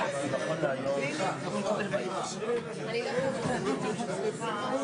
אני רק שואלת מה קרה עם זה?